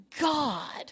God